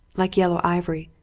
like yellow ivory,